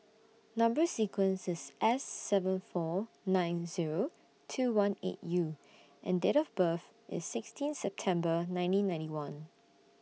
Number sequence IS S seven four nine Zero two one eight U and Date of birth IS sixteen September nineteen ninety one